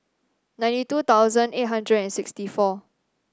ninety two thousand eight hundred and sixty four